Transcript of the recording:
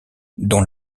dont